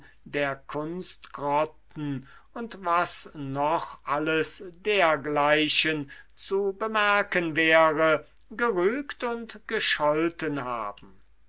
der kunstgrotten und was noch alles dergleichen zu bemerken wäre gerügt und gescholten haben